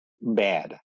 bad